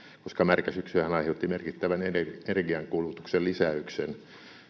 koska märkä syksyhän aiheutti merkittävän energiankulutuksen lisäyksen